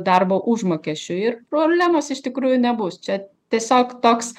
darbo užmokesčiu ir problemos iš tikrųjų nebus čia tiesiog toks